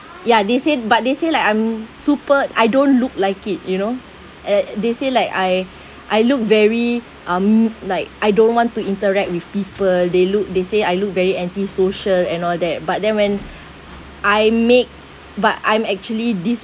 ya they say but they say like I'm super I don't look like it you know and they say like I I look very uh mood like I don't want to interact with people they look they say I look very antisocial and all that but then when I make but I'm actually this